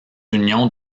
unions